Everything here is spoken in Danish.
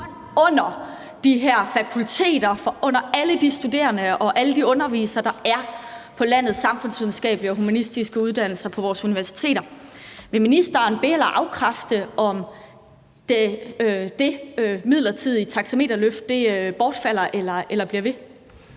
under de her fakulteter og alle de studerende og undervisere, der er på landets samfundsvidenskabelige og humanistiske uddannelser på vores universiteter. Vil ministeren oplyse, om det midlertidige taxameterløft bortfalder eller fortsætter?